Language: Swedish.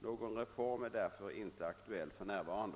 Någon reform är därför inte aktuell för närvarande.